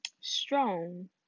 Strong